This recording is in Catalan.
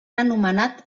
anomenat